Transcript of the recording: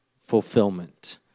fulfillment